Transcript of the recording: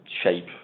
shape